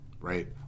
right